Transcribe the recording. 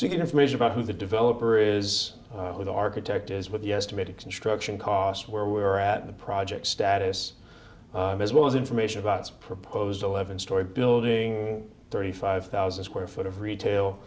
can information about who the developer is who the architect is what the estimated construction costs where we are at the project status as well as information about its proposed eleven storey building thirty five thousand square foot of retail